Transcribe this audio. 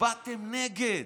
הצבעתם נגד.